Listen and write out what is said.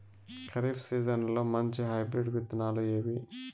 ఖరీఫ్ సీజన్లలో మంచి హైబ్రిడ్ విత్తనాలు ఏవి